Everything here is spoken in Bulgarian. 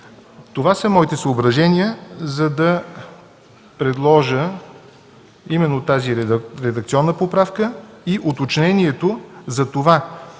Това са моите съображения, за да предложа именно тази редакционна поправка и уточнението затова